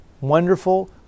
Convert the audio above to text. wonderful